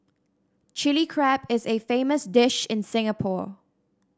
Chilli Crab is a famous dish in Singapore